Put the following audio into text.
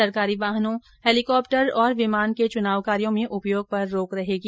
सरकारी वाहनों हेलीकॉप्टर और विमान के चुनाव कार्यो में उपयोग पर रोक रहेगी